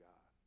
God